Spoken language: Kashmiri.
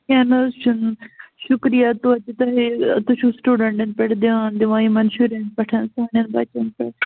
کیٚنٛہہ نہٕ حظ چھُنہٕ شُکریہ توتہِ تۄہہِ تُہۍ چھُو سِٹوٗڈنٛٹَن پٮ۪ٹھ دیان دِوان یِمَن شُرٮ۪ن پٮ۪ٹھ سانٮ۪ن بَچَن پٮ۪ٹھ